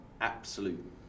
absolute